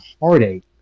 heartache